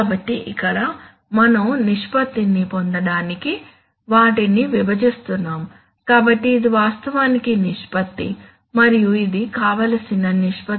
కాబట్టి ఇక్కడ మనం నిష్పత్తిని పొందడానికి వాటిని విభజిస్తున్నాము కాబట్టి ఇది వాస్తవ నిష్పత్తి మరియు ఇది కావలసిన నిష్పత్తి